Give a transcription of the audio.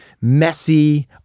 messy